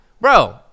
Bro